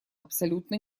абсолютно